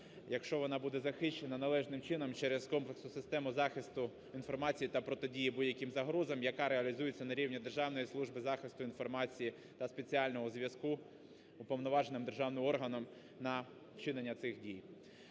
якщо вона буде захищена належним чином через комплексну систему захисту інформації та протидії будь-яким загрозам, яка реалізується на рівні Державної служби захисту інформації та спеціального зв'язку, уповноваженим державним органом, на вчинення цих дій.